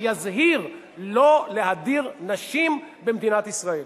שיזהיר לא להדיר נשים במדינת ישראל.